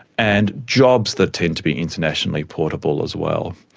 and jobs that tend to be internationally portable as well.